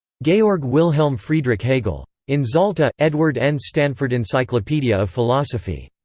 georg wilhelm friedrich hegel. in zalta, edward n. stanford encyclopedia of philosophy.